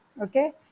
okay